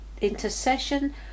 intercession